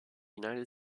united